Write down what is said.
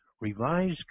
revised